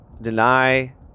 deny